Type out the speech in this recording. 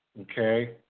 okay